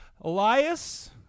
Elias